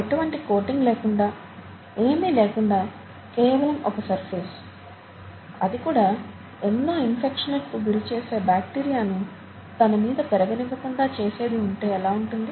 ఎటువంటి కోటింగ్ లేకుండా ఏమి లేకుండా కేవలం ఒక సర్ఫేస్ అది కూడా ఎన్నో ఇన్ఫెక్షన్లకు గురి చేసే బాక్టీరియాను తన మీద పెరగనివ్వకుండా చేసేది ఉంటే ఎలా ఉంటుంది